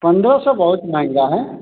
पंद्रह सौ बहुत महँगा है